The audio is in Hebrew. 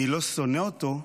אני לא שונא אותו,